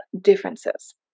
Differences